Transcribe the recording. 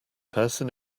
person